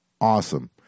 awesome